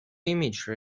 image